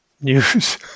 news